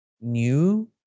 new